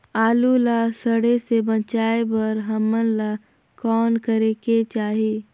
आलू ला सड़े से बचाये बर हमन ला कौन करेके चाही?